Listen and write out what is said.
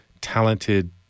talented